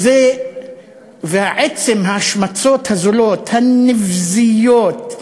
ועצם ההשמצות הזולות, הנבזיות,